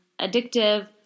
addictive